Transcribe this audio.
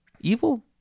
Evil